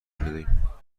دهیم